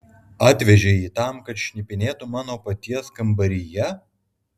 atvežei jį tam kad šnipinėtų mano paties kambaryje